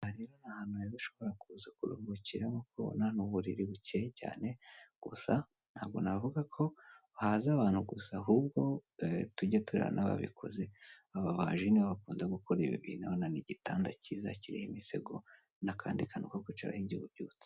Aha rero ni ahantu heza ushobora kuza kuruhukira nkuko ubona hari uburiri buke cyane gusa ntabwo navuga ko haza abantu gusa ahubwo tujye tureba n'ababikize. Ababaji nibo bakunda kibikora urabona ari igitanda cyiza kiriho imisego n'akandi kantu ko kwicaraho igihe ubyutse.